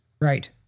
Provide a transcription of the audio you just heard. Right